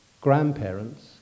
Grandparents